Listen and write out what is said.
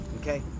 okay